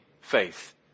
faith